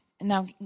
Now